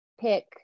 pick